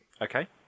Okay